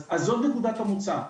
אז זאת נקודת המוצא.